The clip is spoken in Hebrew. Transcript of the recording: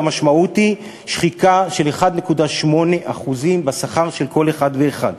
והמשמעות היא שחיקה של 1.8% בשכר של כל אחד ואחד.